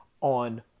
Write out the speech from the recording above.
on